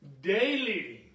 daily